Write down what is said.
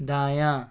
دایاں